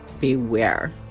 Beware